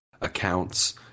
accounts